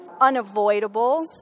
unavoidable